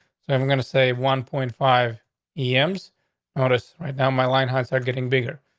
i'm i'm gonna say one point five e ems notice. right now, my line heights are getting bigger.